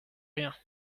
rien